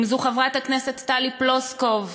אם חברת הכנסת טלי פלוסקוב,